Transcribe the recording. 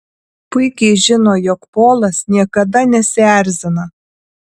puikiai žino jog polas niekada nesierzina